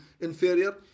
inferior